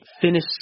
finish